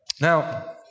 Now